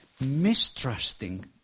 Mistrusting